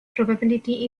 probability